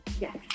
Yes